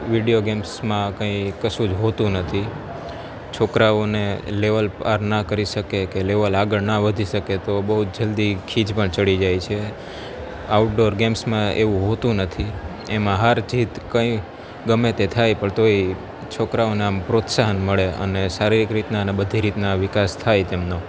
video ગેમ્સમાં કંઈ કશું જ હોતું નથી છોકરાઓને લેવલ પાર ના કરી શકે કે લેવલ આગળ ના વધી શકે તો બહુ જ જલ્દી ખીજમાં ચડી જાય છે આઉટડોર ગેમ્સમાં એવું હોતું નથી એમા હાર જીત કંઈ ગમે તે થાય પણ તોય છોકરાઓને આમ પ્રોત્સાહન મળે અને શારીરીક રીતના અને બધી રીતના વિકાસ થાય તેમનો